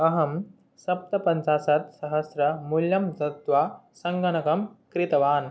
अहं सप्तपञ्चाशत्सहस्रं मूल्यं दत्वा सङ्गणकं क्रीतवान्